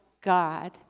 God